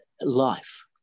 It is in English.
life